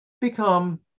become